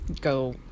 go